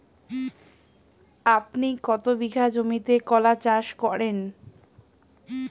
আপনি কত বিঘা জমিতে কলা চাষ করেন?